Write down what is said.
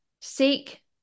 seek